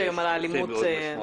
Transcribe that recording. שם נדון נושא מאוד משמעותי.